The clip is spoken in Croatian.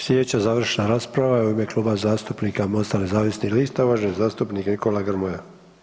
sljedeća završna rasprava je u ime Kluba zastupnika Mosta nezavisnih lista uvaženi zastupnik Nikola Grmoja.